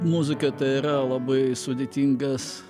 muzika tai yra labai sudėtingas